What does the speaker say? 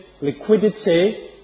liquidity